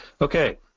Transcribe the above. okay